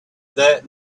that